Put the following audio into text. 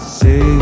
say